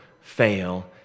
fail